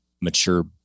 mature